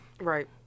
Right